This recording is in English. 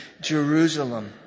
Jerusalem